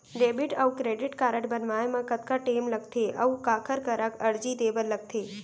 Debit अऊ credit card बनवाए मा कतका टेम लगथे, अऊ काखर करा अर्जी दे बर लगथे?